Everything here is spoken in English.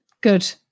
Good